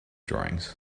drawings